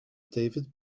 david